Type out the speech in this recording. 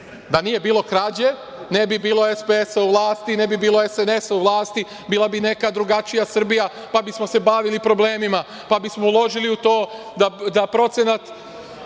Da nije bilo krađe, ne bi bilo SPS-a u vlasti i ne bi bilo SNS-a u vlasti. Bila bi neka drugačija Srbija, pa bismo se bavili problemima, pa bismo uložili u to da procenat